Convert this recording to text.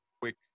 quick